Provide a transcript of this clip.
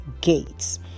Gates